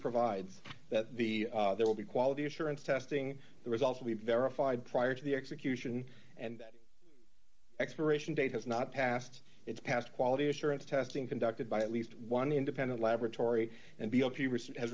provides that the there will be quality assurance testing the results will be verified prior to the execution and that expiration date has not passed it's passed quality assurance testing conducted by at least one independent laboratory and b